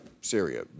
Syria